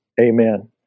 amen